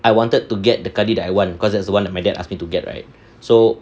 I wanted to get the kadi that I want cause that's one that my dad ask me to get right so